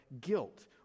guilt